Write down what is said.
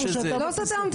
לא סתמתי.